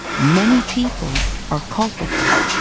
many people are culpable.